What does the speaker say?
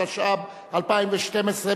התשע"ב 2012,